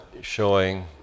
showing